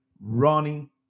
running